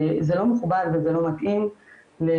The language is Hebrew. זה לא מכובד וזה לא מתאים להתנהלות